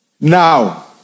Now